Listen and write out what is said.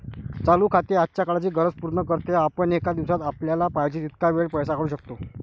चालू खाते आजच्या काळाची गरज पूर्ण करते, आपण एका दिवसात आपल्याला पाहिजे तितक्या वेळा पैसे काढू शकतो